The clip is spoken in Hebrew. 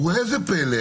וראה זה פלא,